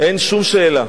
אין שום שאלה.